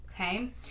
Okay